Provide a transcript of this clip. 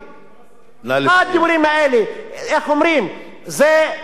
זה דוח של צביעות למתחילים.